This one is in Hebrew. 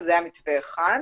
זה היה מתווה אחד.